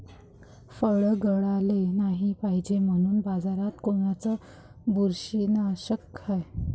फळं गळाले नाही पायजे म्हनून बाजारात कोनचं बुरशीनाशक हाय?